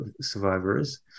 survivors